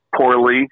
poorly